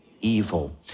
Evil